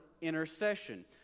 intercession